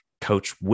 coach